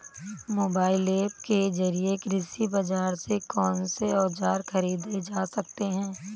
Mobile app के जरिए कृषि बाजार से कौन से औजार ख़रीदे जा सकते हैं?